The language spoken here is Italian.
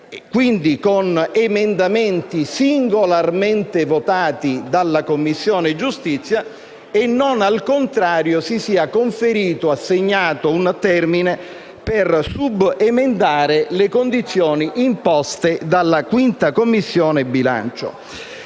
quindi con emendamenti singolarmente votati dalla Commissione giustizia e che, al contrario, non si sia conferito, assegnato, un termine per subemendare le condizioni imposte dalla 5a Commissione.